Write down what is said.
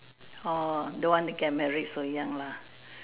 oh don't want to get married so young lah